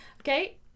Okay